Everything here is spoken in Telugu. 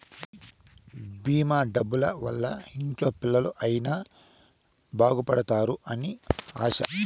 భీమా డబ్బుల వల్ల ఇంట్లో పిల్లలు అయిన బాగుపడుతారు అని ఆశ